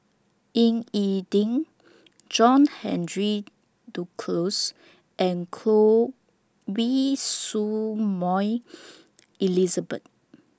Ying E Ding John Henry Duclos and Choy Su Moi Elizabeth